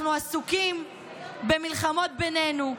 אנחנו עסוקים במלחמות בינינו,